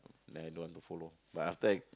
then I don't want to follow but after I